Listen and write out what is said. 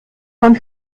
von